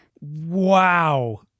Wow